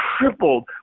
tripled